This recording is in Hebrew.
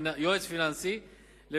יועץ פנסיוני.